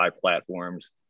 platforms